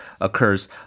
occurs